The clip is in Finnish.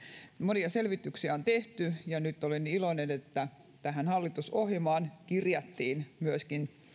monia selvityksiä on tehty ja nyt olen iloinen että tähän hallitusohjelmaan kirjattiin myöskin